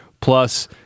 plus